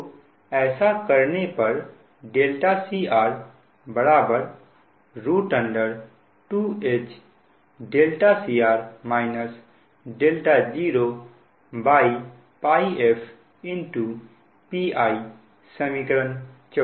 तो ऐसा करने पर tcr 2HπfPiसमीकरण 54 है